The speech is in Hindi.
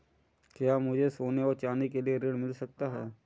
क्या मुझे सोने और चाँदी के लिए ऋण मिल सकता है?